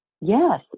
Yes